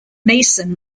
mason